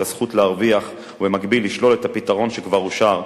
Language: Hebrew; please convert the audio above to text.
הזכות להרוויח ובמקביל ישלול את הפתרון שכבר אושר,